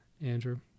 Andrew